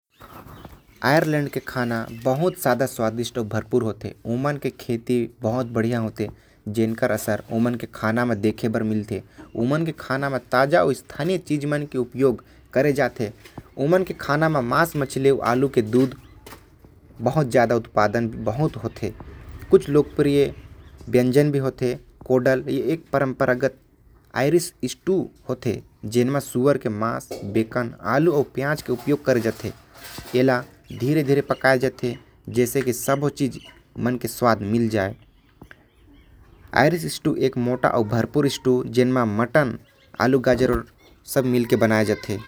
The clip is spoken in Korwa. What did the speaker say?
आयरलैंड के खाना बहुते स्वादिष्ट होथे। खेती ओमन के बहुते बढ़िया होथे। अउ स्थानी चीज़ ओमन ज्यादा इस्तेमाल करथे। ए देश म मांस मछली अउ दूध के बहुते उत्पादन होथे। लोकप्रिय व्यंजन म एमन के आथे। कोडल जो हर सुहर के मांस से बनथे। एला धीमे धीमे पकाथे जेकर वजह से सब मिल जाथे।